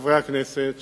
חברי הכנסת,